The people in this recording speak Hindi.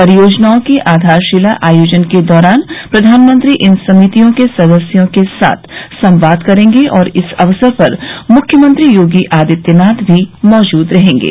परियोजनाओं के आधारशिला आयोजन के दौरान प्रधानमंत्री इन समितियों के सदस्यों के साथ संवाद करेंगे और इस अवसर पर मुख्यमंत्री योगी आदित्यनाथ भी मौजूद रहेंगे